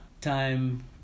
time